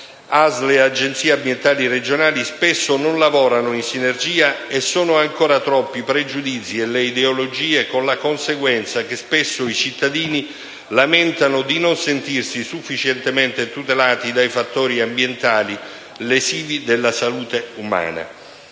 ASL e Agenzie ambientali regionali spesso non lavorano in sinergia e sono ancora troppi i pregiudizi e le ideologie, con la conseguenza che spesso i cittadini lamentano di non sentirsi sufficientemente tutelati dai fattori ambientali lesivi della salute umana.